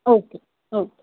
okay okay